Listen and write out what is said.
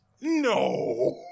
No